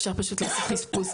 אפשר פשוט לעשות חיפוש,